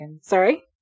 Sorry